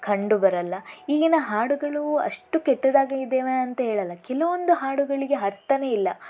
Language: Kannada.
ಕಂಡುಬರಲ್ಲ ಈಗಿನ ಹಾಡುಗಳು ಅಷ್ಟು ಕೆಟ್ಟದಾಗಿದ್ದಾವೆ ಅಂತ ಹೇಳಲ್ಲ ಕೆಲವೊಂದು ಹಾಡುಗಳಿಗೆ ಅರ್ಥನೇ ಇಲ್ಲ